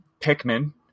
Pikmin